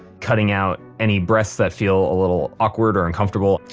cutting out any breaths that feel a little awkward or uncomfortable